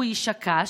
הוא איש הקש.